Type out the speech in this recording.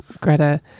Greta